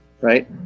right